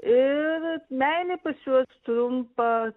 ir meilė pas juos trumpa